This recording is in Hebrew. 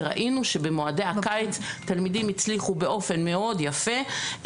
וראינו שבמועדי הקיץ תלמידים הצליחו באופן מאוד יפה.